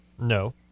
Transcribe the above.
No